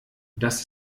dass